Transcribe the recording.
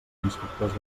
inspectors